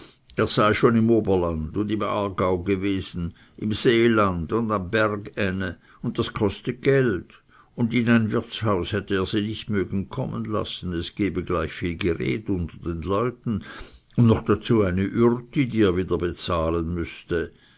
er sei schon im oberland und im aargau gewesen im seeland und am berg äne und das koste geld und in ein wirtshaus hätte er sie nicht mögen kommen lassen es gebe gleich viel gered unter den leuten und noch dazu eine ürti die er wieder bezahlen müßte